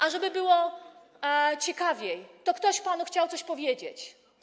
A żeby było ciekawiej, to ktoś panu chciał coś powiedzieć.